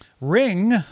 Ring